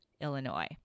Illinois